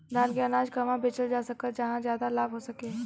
धान के अनाज के कहवा बेचल जा सकता जहाँ ज्यादा लाभ हो सके?